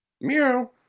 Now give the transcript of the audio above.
Meow